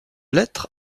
lettre